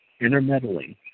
intermeddling